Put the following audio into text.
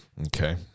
Okay